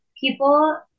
people